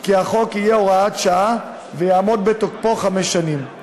כי החוק יהיה הוראת שעה ויעמוד בתוקפו חמש שנים.